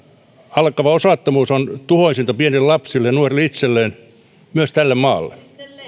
alkava osattomuus on tuhoisinta pienille lapsille ja nuorille itselleen ja myös tälle maalle